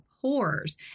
pores